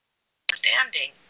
understanding